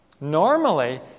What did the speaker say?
Normally